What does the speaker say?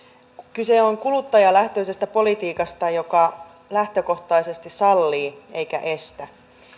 kyse on kuluttajalähtöisestä politiikasta joka lähtökohtaisesti sallii eikä estä